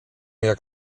jak